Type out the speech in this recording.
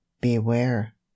beware